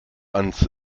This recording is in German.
ans